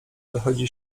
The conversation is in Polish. dochodzi